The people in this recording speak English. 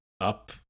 up